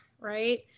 right